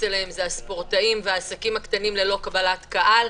אליהם הספורטאים והעסקים הקטנים ללא קבלת קהל.